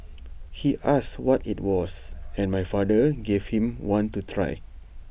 he asked what IT was and my father gave him one to try